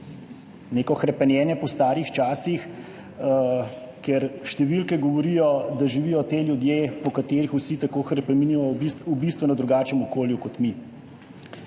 neko hrepenenje po starih časih, ker številke govorijo, da živijo ti ljudje, po katerih vsi tako hrepenimo, v bistveno drugačnem okolju kot mi.